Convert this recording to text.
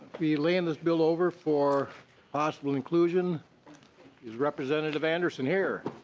be laying this bill over for possible inclusion is representative anderson here?